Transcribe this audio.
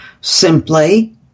Simply